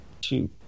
two